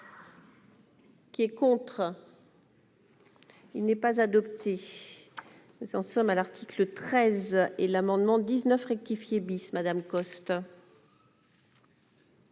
Qui est contre. Il n'est pas adopté, nous en sommes à l'article 13 et l'amendement 19 rectifié bis Madame Coste.